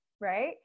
right